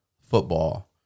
football